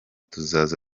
tuzaza